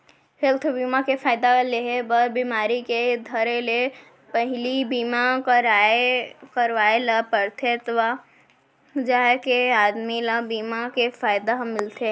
health बीमा के फायदा लेहे बर बिमारी के धरे ले पहिली बीमा करवाय ल परथे तव जाके आदमी ल बीमा के फायदा ह मिलथे